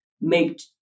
make